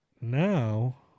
now